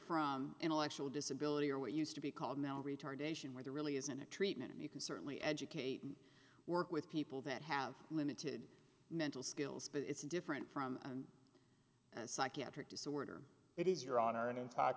from intellectual disability or what used to be called male retardation where there really isn't a treatment and you can certainly educate and work with people that have limited mental skills but it's different from and psychiatric disorder it is your honor and i